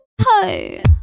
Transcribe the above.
Hi